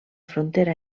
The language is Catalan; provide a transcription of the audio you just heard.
frontera